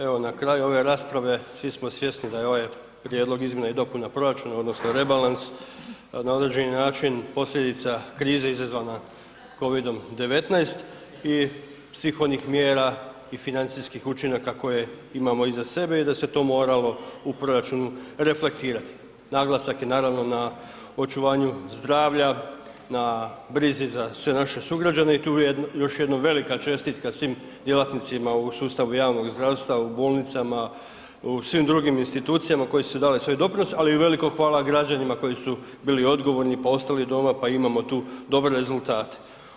Evo na kraju ove rasprave svi smo svjesni da je ovaj prijedlog izmjena i dopuna proračuna odnos rebalans, na određeni način posljedica krize izazvana COVID-om 19 i svih onih mjera i financijskih učinaka koje imamo iza sebe i da se to moralo u proračunu reflektirati, naglasak je naravno na očuvaju zdravlja, na brizi za sve naše sugrađane i tu je još jedna velika čestitka svim djelatnicima u sustavu javnog zdravstva, u bolnicama, u svim drugim institucijama koje su dale svoj doprinos ali i veliko hvala građanima koji su bili odgovorni pa ostali doma pa imamo tu dobre rezultate.